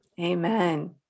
Amen